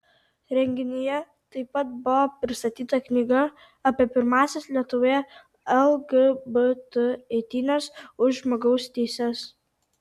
renginyje taip pat buvo pristatyta knyga apie pirmąsias lietuvoje lgbt eitynes už žmogaus teises